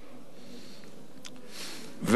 ואני מכבד בכלל חילוקי דעות.